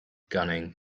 gunning